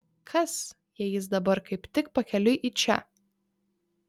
kas jei jis dabar kaip tik pakeliui į čia